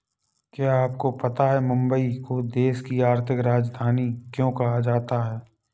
क्या आपको पता है मुंबई को देश की आर्थिक राजधानी क्यों कहा जाता है?